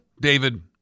David